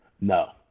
No